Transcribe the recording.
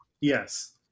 Yes